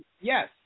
Yes